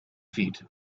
feet